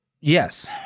Yes